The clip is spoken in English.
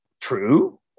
True